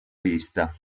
vista